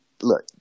look